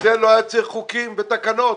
לזה לא היה צריך חוקים ותקנות.